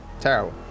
Terrible